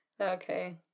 Okay